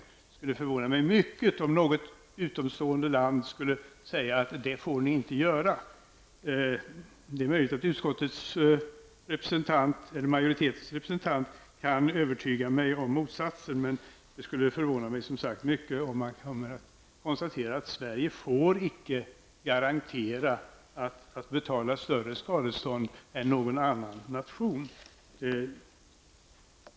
Det skulle förvåna mig mycket om något utomstående land skulle säga att ''Det får ni inte göra''. Det är möjligt att utskottets majoritetsrepresentant kan övertyga mig om motsatsen, men det skulle, som sagt, förvåna mig mycket om man kommer att konstatera att Sverige icke får garantera att betala ett större skadestånd än någon annan nation.